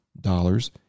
dollars